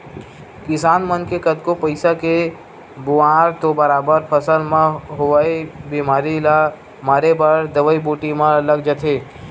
किसान मन के कतको पइसा के खुवार तो बरोबर फसल म होवई बेमारी ल मारे बर दवई बूटी म लग जाथे